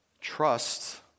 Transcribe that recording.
Trust